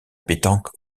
pétanque